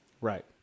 right